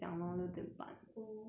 oh sorry I forgot